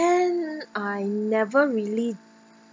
I never really